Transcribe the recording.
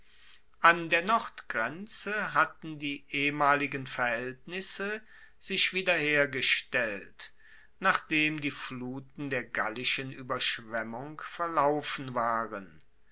an der nordgrenze hatten die ehemaligen verhaeltnisse sich wiederhergestellt nachdem die fluten der gallischen ueberschwemmung verlaufen waren